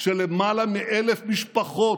של למעלה מ-1,000 משפחות.